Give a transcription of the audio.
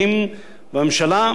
והממשלה ממשיכה בשלה.